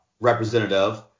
representative